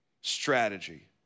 strategy